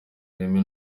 ireme